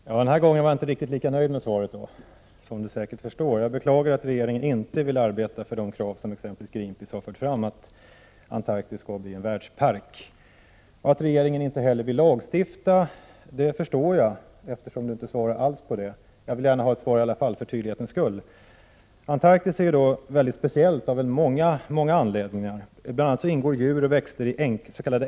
Herr talman! Den här gången är jag inte riktigt lika nöjd med svaret, som Sten Andersson säkert förstår. Jag beklagar att regeringen inte vill arbeta för det krav som exempelvis Greenpeace har fört fram — att Antarktis skall bli en världspark. Att regeringen inte heller vill lagstifta förstår jag, eftersom Sten Andersson inte alls svarar på det. Jag vill gärna ha ett svar i alla fall, för tydlighets skull. Antarktis är ett mycket speciellt område av många anledningar. Där ingår bl.a. djur och växter is.k.